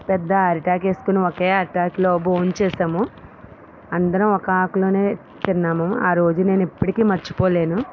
పెద్ద అరిటాకు వేసుకుని ఒకే అరిటాకులో భోజనం చేసాము అందరం ఒక ఆకులో తిన్నాము ఆ రోజు నేను ఇప్పుడికి మర్చిపోలేను